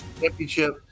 championship